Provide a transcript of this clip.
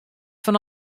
fan